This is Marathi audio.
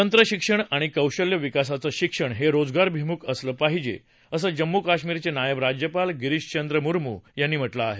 तंत्रशिक्षण आणि कौशल्य विकासाचं शिक्षण हे रोजगारभिमुख असलं पाहिजे असं जम्मू कश्मीरचे नायब राज्यपाल गिरीश चंद्र मुर्मू यांनी म्हटलं आहे